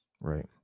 right